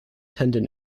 tendon